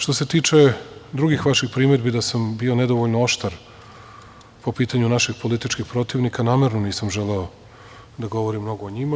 Što se tiče drugih vaših primedbi, da sam bio nedovoljno oštar po pitanju naših političkih protivnika, namerno nisam želeo da govorim mnogo o njima.